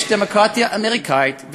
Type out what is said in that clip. יש דמוקרטיה אמריקנית,